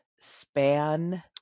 span